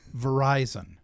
Verizon